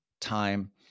time